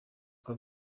ukwo